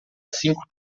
cinco